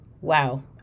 wow